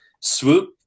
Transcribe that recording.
Swoop